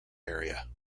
area